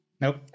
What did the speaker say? Nope